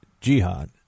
jihad